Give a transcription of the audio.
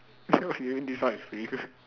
what you mean this one is pretty good